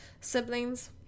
siblings